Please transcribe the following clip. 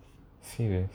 serious